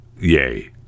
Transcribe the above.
yay